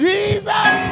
Jesus